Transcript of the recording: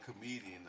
comedian